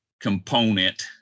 component